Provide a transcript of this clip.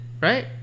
right